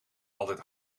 altijd